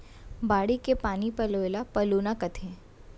बाड़ी के पानी पलोय ल पलोना कथें